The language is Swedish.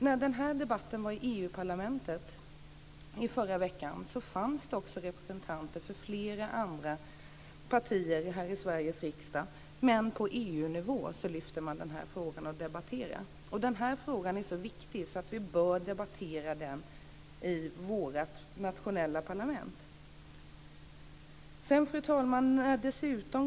När den här debatten var uppe i EU parlamentet i förra veckan fanns det också representanter från flera andra partier i Sveriges riksdag. Man lyfter upp frågan och debatterar den på EU-nivå, men frågan är så viktig att vi bör debattera den i vårt nationella parlament. Fru talman!